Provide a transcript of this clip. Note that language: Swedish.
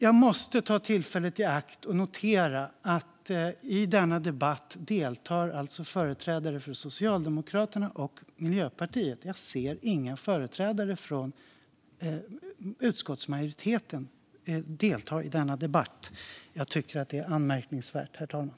Jag måste ta tillfället i akt och notera att i denna debatt deltar företrädare för Socialdemokraterna och Miljöpartiet. Jag ser ingen företrädare från utskottsmajoriteten delta i denna debatt. Jag tycker att det är anmärkningsvärt, herr talman.